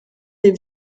des